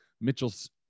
Mitchell's